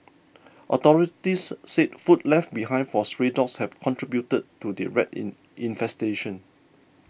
authorities said food left behind for stray dogs have contributed to the rat in infestation